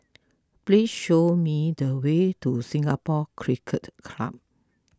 please show me the way to Singapore Cricket Club